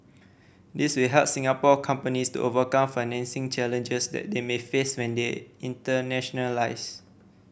these will help Singapore companies to overcome financing challenges that they may face when they internationalise